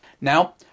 Now